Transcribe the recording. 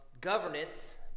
governance